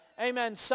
Amen